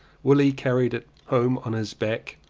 willie carried it home on his back.